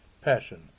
passion